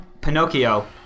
Pinocchio